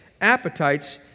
appetites